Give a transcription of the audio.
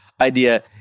idea